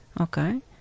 Okay